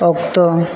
ᱚᱠᱛᱚ